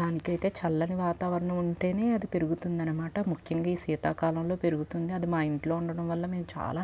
దానికైతే చల్లని వాతావరణం ఉంటే అది పెరుగుతుంది అనమాట ముఖ్యంగా ఈ శీతకాలంలో పెరుగుతుంది అది మా ఇంట్లో ఉండడం వల్ల మేము చాలా